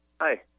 Hi